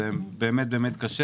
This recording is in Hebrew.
זה באמת קשה.